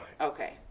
Okay